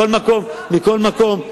אבל זאת לא ההצעה.